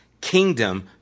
kingdom